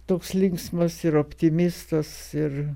toks linksmas ir optimistas ir